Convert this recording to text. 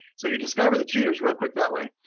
so you discover the cheaters real quick that way.